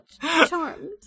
Charmed